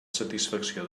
satisfacció